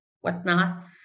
whatnot